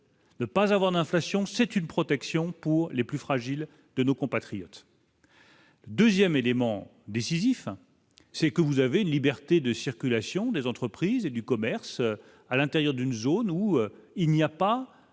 ne pas avoir d'inflation, c'est une protection pour les plus fragiles de nos compatriotes. 2ème élément décisif, c'est que vous avez une liberté de circulation des entreprises et du commerce, à l'intérieur d'une zone où il n'y a pas